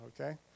okay